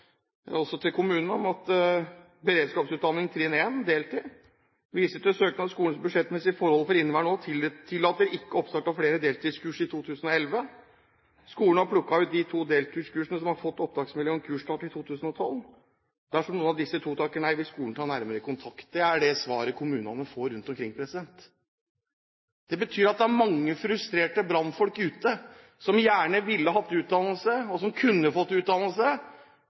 til kommunen – når det gjelder beredskapsutdanning trinn 1 – deltid: «Vi viser til deres søknad . Skolens budsjettmessige forhold for inneværende år tillater ikke oppstart av flere deltidskurs i 2011. Skolen har plukket ut de to deltidskursene som har fått opptaksmelding om kursstart i 2012. Dersom noen av disse 2 takker nei, vil skolen ta nærmere kontakt.» Det er det svaret kommunene får rundt omkring. Det betyr at det er mange frustrerte brannfolk ute som gjerne ville hatt utdannelse, og som kunne fått utdannelse,